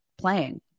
playing